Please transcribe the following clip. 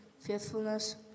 faithfulness